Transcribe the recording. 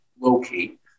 locate